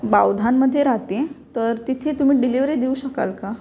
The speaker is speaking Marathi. बावधानमध्ये राहते तर तिथे तुम्ही डिलेवरी देऊ शकाल का